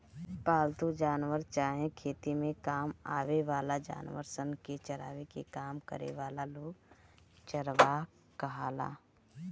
पालतू जानवर चाहे खेती में काम आवे वाला जानवर सन के चरावे के काम करे वाला लोग चरवाह कहाला